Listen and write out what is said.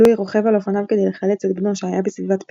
לואי רוכב על אופניו כדי לחלץ את בנו שהיה בסביבת פיגוע,